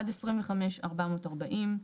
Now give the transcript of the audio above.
עד 25 - 440 שקלים.